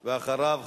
אחריו,